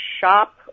shop